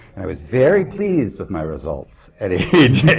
and i was very pleased with my results at age eight